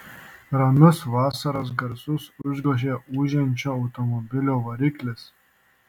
ramius vasaros garsus užgožė ūžiančio automobilio variklis